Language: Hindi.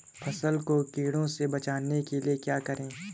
फसल को कीड़ों से बचाने के लिए क्या करें?